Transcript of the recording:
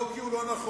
לא כי הוא לא נכון,